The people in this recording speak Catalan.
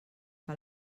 que